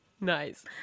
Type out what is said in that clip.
Nice